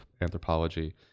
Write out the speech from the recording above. anthropology